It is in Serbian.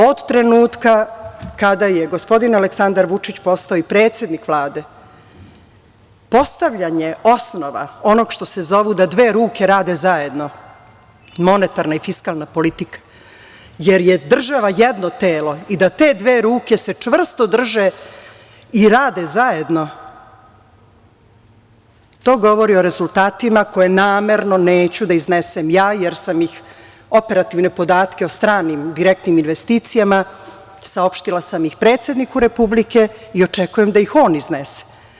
Od trenutka kada je gospodin Aleksandar Vučić postao i predsednik Vlade, postavljanja osnova onog što se zovu da dve ruke rade zajedno, monetarna i fiskalna politika, jer je država jedno telo, i da te dve ruke se čvrsto drže i rade zajedno, to govori o rezultatima koje namerno neću da iznesem ja, jer sam ih, operativne podatke o stranim direktnim investicijama saopštila sam i predsedniku Republike i očekujem da ih on iznese.